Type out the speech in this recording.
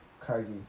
crazy